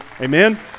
Amen